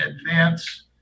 advance